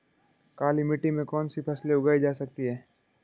काली मिट्टी में कौनसी फसलें उगाई जा सकती हैं?